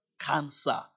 cancer